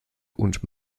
und